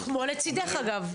ברור, כמו "לצידך" אגב.